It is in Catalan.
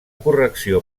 correcció